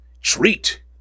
treat